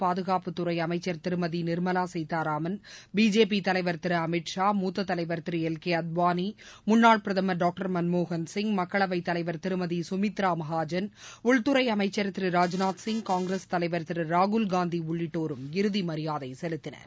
பாதுகாப்புத்துறை அமைச்சர் திருமதி நிர்மலா சீதாராமன் பிஜேபி தலைவர் திரு அமித்ஷா மூத்த தலைவர் திரு எல் கே அத்வானி முன்னாள் பிரதமர் டாக்டர் மன்மோகன் சிங் மக்களவைத் தலைவர் திருமதி சுமித்ரா மகாஜன் உள்துறை அமைச்சர் திரு ராஜ்நாத் சிங் காங்கிரஸ் தலைவர் திரு ராகுல்காந்தி உள்ளிட்டோரும் இறுதி மரியாதை செலுத்தினர்